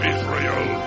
Israel